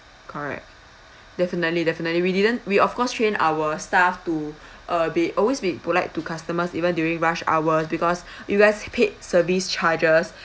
correct definitely definitely we didn't we of course train our staff to uh be always be polite to customers even during rush hours because you guys paid service charges